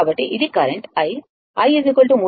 కాబట్టి ఇది current i